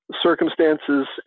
circumstances